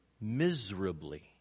miserably